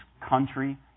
country